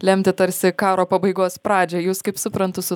lemti tarsi karo pabaigos pradžią jūs kaip suprantu su